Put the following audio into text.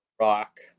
Rock